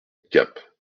gap